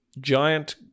giant